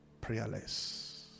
prayerless